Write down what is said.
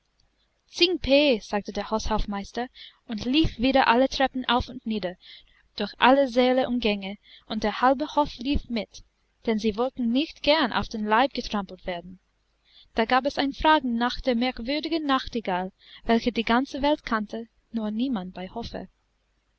tsing pe sagte der haushofmeister und lief wieder alle treppen auf und nieder durch alle säle und gänge und der halbe hof lief mit denn sie wollten nicht gern auf den leib getrampelt werden da gab es ein fragen nach der merkwürdigen nachtigall welche die ganze welt kannte nur niemand bei hofe